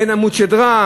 אין עמוד שדרה.